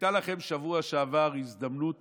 הייתה לכם בשבוע שעבר הזדמנות